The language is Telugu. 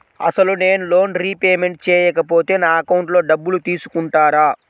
అసలు నేనూ లోన్ రిపేమెంట్ చేయకపోతే నా అకౌంట్లో డబ్బులు తీసుకుంటారా?